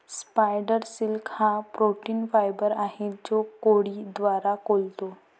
spider silk हा protein fibre आहे जो कोळी द्वारे काततो